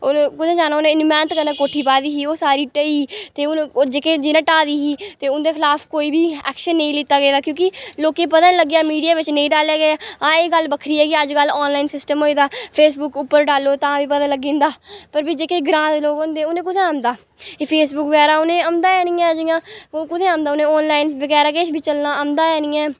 होर कु'त्थें जाना उ'नें इ'न्नी मैह्नत कन्नै कोठी पाई दी ही ओह् सारी ढेही ते हून जेह्के हून जि'नें ढाही दी ही ते उं'दे खिलाफ कोई बी एक्शन नेईं लैता गेदा क्योंकि लोकें गी पता निं लग्गेआ मीडिया बिच नेईं डालेआ गेआ आं एह् गल्ल बक्खरी ऐ कि अज्जकल ऑनलाइन सिस्टम होइदा फेसबुक उप्पर डालो तां बी पता लग्गी जंदा पर भी जेह्के ग्रांऽ दे लोग होंदे उ'नें कु'त्थें होंदा फेसबुक बगैरा उ'नें ई औंदा निं ऐ जि'यां कु'त्थें औंदा उ'नें ई ऑनलाइन बगैरा किश बी चलना आंदा निं ऐ